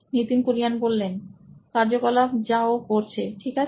Nitin Kurien C O O নোইন electronics কার্যকলাপ যা ও করছে ঠিক আছে